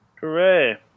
Hooray